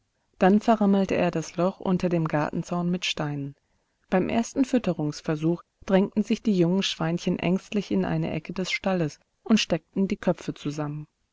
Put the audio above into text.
dann verrammelte er das loch unter dem gartenzaun mit steinen beim ersten fütterungsversuch drängten sich die jungen schweinchen ängstlich in eine ecke des stalles und steckten die köpfe zusammen